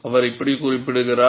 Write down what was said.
அவர் இப்படி குறிப்பிடுகிறார்